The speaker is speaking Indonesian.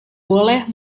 boleh